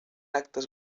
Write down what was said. actes